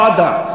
ועדה.